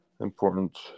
important